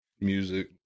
Music